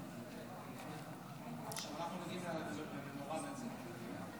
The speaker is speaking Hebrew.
אנחנו נמצאים בתקופה גורלית.